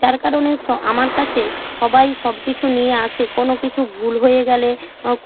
যার কারণে স আমার কাছে সবাই সব কিছু নিয়ে আসে কোনো কিছু ভুল হয়ে গেলে